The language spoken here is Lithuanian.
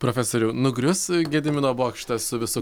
profesoriau nugrius gedimino bokštas su visu